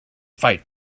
fight